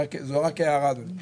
זו רק הערה, אדוני.